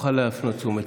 תוכל להפנות את תשומת ליבה.